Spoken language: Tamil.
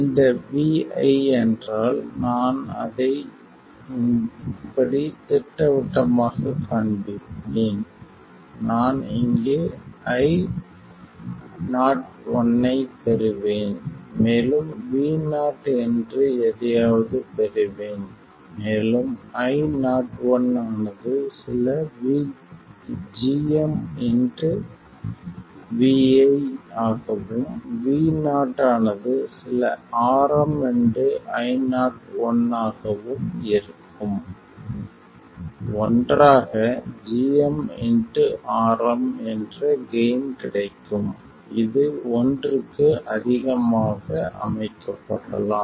இந்த Vi என்றால் நான் அதை இப்படி திட்டவட்டமாக காண்பிப்பேன் நான் இங்கே Io1 ஐப் பெறுவேன் மேலும் Vo என்று எதையாவது பெறுவேன் மேலும் Io1 ஆனது சில gmVi ஆகவும் Vo ஆனது சில RmIo1 ஆகவும் இருக்கும் ஒன்றாக gm Rm என்ற கெய்ன் கிடைக்கும் இது ஒன்றுக்கு அதிகமாக அமைக்கப்படலாம்